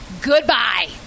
Goodbye